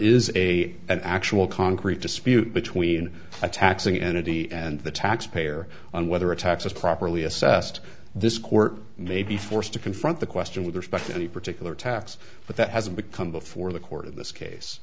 is a an actual concrete dispute between the taxing entity and the taxpayer on whether a tax is properly assessed this court may be forced to confront the question with respect to any particular tax but that hasn't come before the court in this case